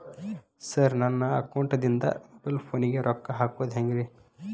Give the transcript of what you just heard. Sir ನನ್ನ ಅಕೌಂಟದಿಂದ mobile ಫೋನಿಗೆ ರೊಕ್ಕ ಹಾಕೋದು ಹೆಂಗ್ರಿ?